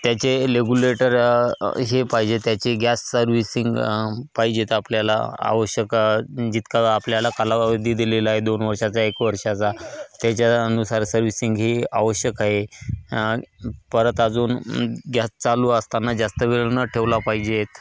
त्याचे लेग्युलेटर हे पाहिजे त्याचे गॅस सर्व्हिसिंग पाहिजेत आपल्याला आवश्यक जितका आपल्याला कालावधी दिलेला आहे दोन वर्षाचा एक वर्षाचा त्याच्यानुसार सर्व्हिसिंग ही आवश्यक आहे परत अजून गॅस चालू असताना जास्त वेळ न ठेवला पाहिजेत